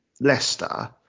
Leicester